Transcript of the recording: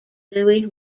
louis